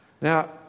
Now